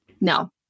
No